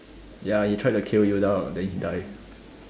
ya he tried to kill Yoda then he died